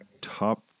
top